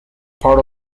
part